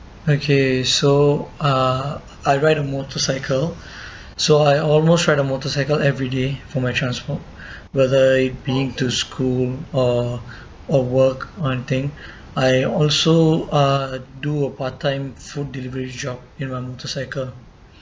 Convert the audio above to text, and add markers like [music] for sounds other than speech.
okay so uh I ride a motorcycle [breath] so I almost ride a motorcycle everyday for my transport [breath] whether it being to school or or work or anything I also uh do a part time food delivery job with my motorcycle